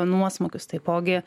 nuosmukius taipogi